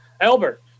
Albert